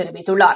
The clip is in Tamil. தெரிவித்துள்ளார்